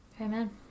amen